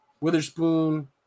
Witherspoon